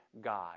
God